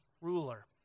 ruler